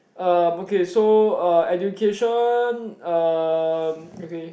um okay so uh education um okay